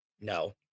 no